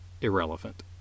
irrelevant